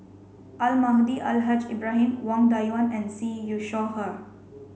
Almahdi Al Haj Ibrahim Wang Dayuan and Siew You Shaw Her